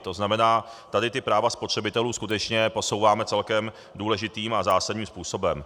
To znamená, tady ta práva spotřebitelů skutečně posouváme celkem důležitým a zásadním způsobem.